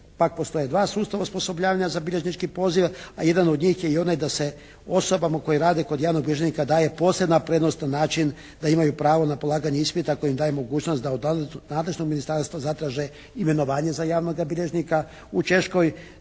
tako stoje dva sustava osposobljavanja za bilježnički poziv, a jedan od njih je i onaj da se osobama koje rade kod javnog bilježnika daje posebna prednost na način da imaju pravo na polaganje ispita a koje im daje mogućnost da od nadležnog ministarstva zatraže imenovanje za javnoga bilježnika. U Češkoj,